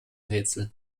rätsel